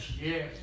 Yes